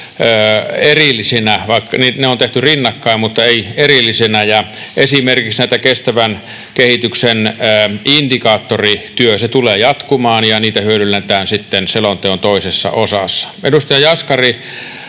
erillisinä. Ne on tehty rinnakkain mutta ei erillisinä. Esimerkiksi kestävän kehityksen indikaattorityö tulee jatkumaan, ja sitä hyödynnetään sitten selonteon toisessa osassa. Edustaja Jaskari,